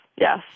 Yes